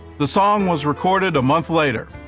the song was recorded a month later,